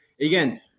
Again